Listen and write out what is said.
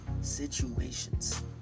situations